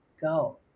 go